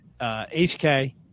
HK